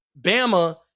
Bama